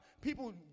people